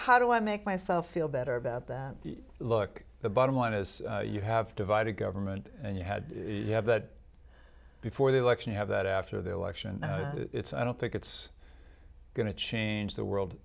how do i make myself feel better about that look the bottom line is you have divided government and you had you have that before the election you have that after the election i don't think it's going to change the world